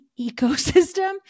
ecosystem